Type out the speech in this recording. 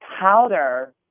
powder